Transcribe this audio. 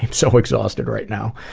so exhausted right now.